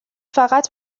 فقط